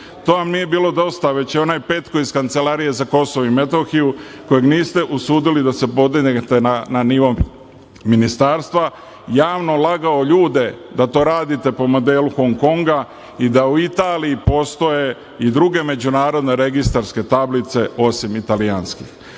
To vam nije bilo dosta, već je onaj Petko iz Kancelarije za Kosovo i Metohiju, koju niste usudili da podignete na nivo ministarstva, javno lagao ljude da to radite po modelu Hongkonga i da u Italiji postoje i druge međunarodne registarske tablice osim italijanskih. Član